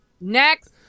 next